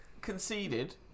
conceded